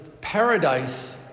paradise